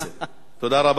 תודה רבה לאדוני.